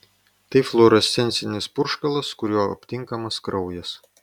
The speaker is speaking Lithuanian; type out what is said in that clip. tai fluorescencinis purškalas kuriuo aptinkamas kraujas